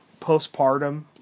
postpartum